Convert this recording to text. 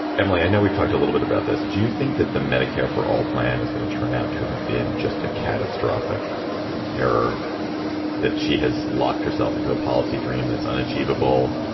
emily, i know we've talked a little bit about this. do you think that the medicare for all plan is going to turn out to have been just a catastrophic error that she has locked herself into a policy dream that's unachievable,